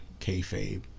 kayfabe